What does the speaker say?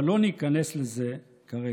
אבל לא ניכנס לזה כרגע.